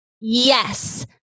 Yes